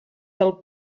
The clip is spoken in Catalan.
del